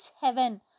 heaven